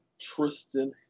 Tristan